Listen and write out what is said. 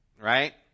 right